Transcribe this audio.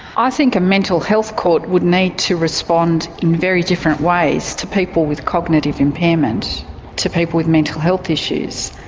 i think a mental health court would need to respond in very different ways to people with cognitive impairment to people with mental health issues.